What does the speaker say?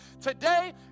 Today